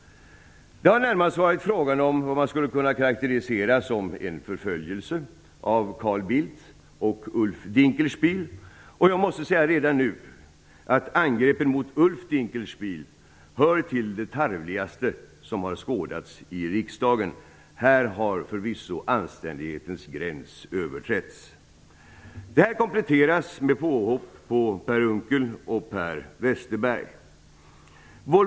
Det har närmast varit fråga om vad man skulle kunna karakterisera som en förföljelse av Carl Bildt och Ulf Dinkelspiel, och jag måste säga redan nu att angreppen på Ulf Dinkelspiel hör till de tarvligaste som har skådats i riksdagen. Här har anständighetens gräns förvisso överträtts. Det här kompletteras med påhopp på Per Unckel och Per Westerberg.